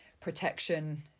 Protection